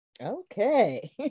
Okay